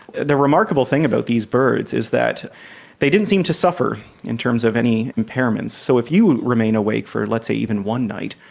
the remarkable thing about these birds is that they didn't seem to suffer in terms of any impairments. so if you remain awake for, let's say, even one night,